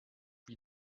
wie